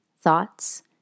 thoughts